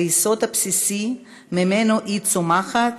היסוד הבסיסי שממנו היא צומחת,